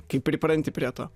kai pripranti prie to